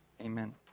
Amen